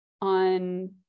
on